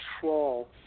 control